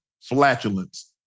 flatulence